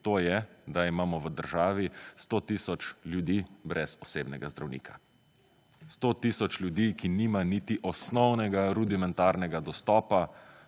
To je, da imamo v državi 100 tisoč ljudi brez osebnega zdravnika. 100 tisoč ljudi, ki nima niti osnovnega, rudimentarnega dostopa